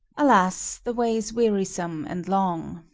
alas, the way is wearisome and long!